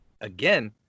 again